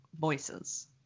voices